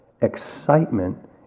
excitement